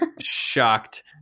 Shocked